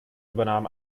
übernahm